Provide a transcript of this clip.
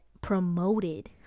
promoted